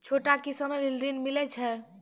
छोटा किसान लेल ॠन मिलय छै?